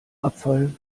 abfall